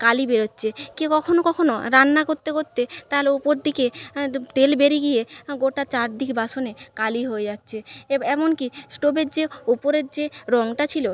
কালি বেরোচ্ছে কে কখনো কখনো রান্না করতে করতে তার ওপর দিকে তেল বেরিয়ে গিয়ে গোটা চারদিক বাসনে কালি হয়ে যাচ্ছে এমন কি স্টোভের যে ওপরের যে রঙটা ছিলো